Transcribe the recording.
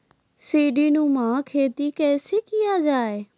सीडीनुमा खेती कैसे किया जाय?